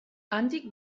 handik